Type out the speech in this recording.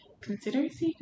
Considerancy